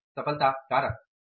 प्रमुख सफलता कारक